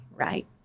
Right